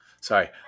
Sorry